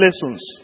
lessons